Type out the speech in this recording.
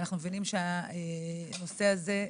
אנו מבינים שהנושא הזה,